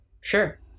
Sure